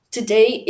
Today